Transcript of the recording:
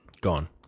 gone